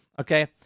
Okay